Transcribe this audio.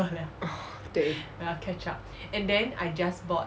对